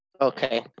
Okay